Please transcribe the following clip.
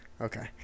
Okay